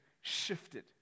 shifted